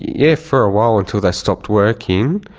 yeah for a while, until they stopped working.